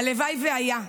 הלוואי שהייתה.